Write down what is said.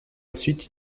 suite